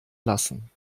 lassen